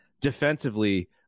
defensively